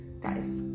guys